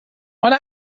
ماله